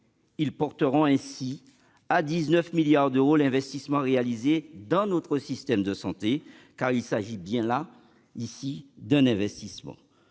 Cela portera ainsi à 19 milliards d'euros l'investissement réalisé dans notre système de santé, car il s'agit bien d'un investissement,